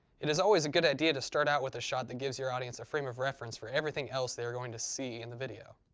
it is always a good idea to start out with a shot that gives your audience a frame of reference for everything else they are going to see in the video.